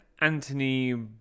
Anthony